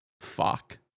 fuck